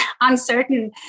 uncertain